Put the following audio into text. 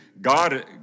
God